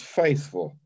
faithful